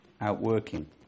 outworking